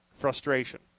frustration